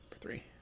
Three